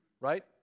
right